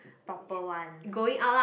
proper one